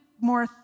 more